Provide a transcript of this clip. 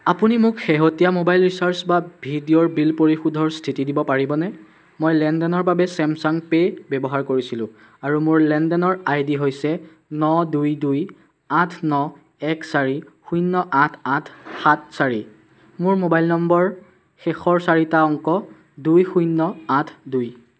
আপুনি মোক শেহতীয়া মোবাইল ৰিচাৰ্জ বা ভিডিঅ'ৰ বিল পৰিশোধৰ স্থিতি দিব পাৰিবনে মই লেনদেনৰ বাবে ছেমছাং পে' ব্যৱহাৰ কৰিছিলোঁ আৰু মোৰ লেনদেনৰ আই ডি হৈছে ন দুই দুই আঠ ন এক চাৰি শূন্য আঠ আঠ সাত চাৰি মোৰ মোবাইল নম্বৰ শেষৰ চাৰিটা অংক দুই শূন্য আঠ দুই